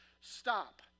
stop